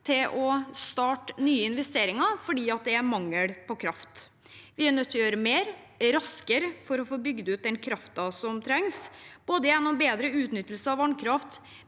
til å starte nye investeringer fordi det er mangel på kraft. Vi er nødt til å gjøre mer raskere for å få bygd ut den kraften som trengs, både gjennom bedre utnyttelse av vannkraft,